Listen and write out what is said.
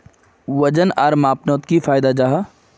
वजन आर मापनोत की फायदा जाहा?